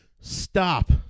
stop